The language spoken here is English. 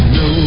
no